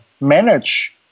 manage